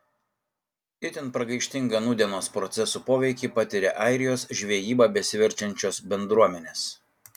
itin pragaištingą nūdienos procesų poveikį patiria airijos žvejyba besiverčiančios bendruomenės